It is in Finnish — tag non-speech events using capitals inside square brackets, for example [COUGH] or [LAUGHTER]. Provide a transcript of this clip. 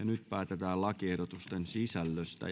[UNINTELLIGIBLE] nyt päätetään lakiehdotusten sisällöstä [UNINTELLIGIBLE]